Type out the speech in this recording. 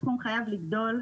הסכום חייב לגדול.